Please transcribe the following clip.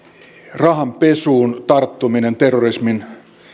rahanpesuun tarttuminen terrorismin